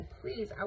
please